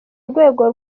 rwego